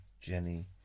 Jenny